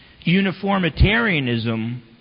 Uniformitarianism